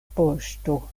poŝto